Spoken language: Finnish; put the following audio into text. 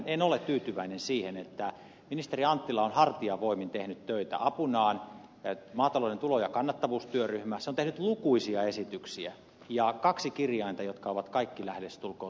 en ole tyytyväinen siihen että ministeri anttila on hartiavoimin tehnyt töitä apunaan maatalouden tulo ja kannattavuustyöryhmä joka on tehnyt lukuisia esityksiä ja on kaksi kirjainta jotka ovat lähestulkoon kaikki torpanneet